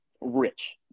rich